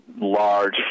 large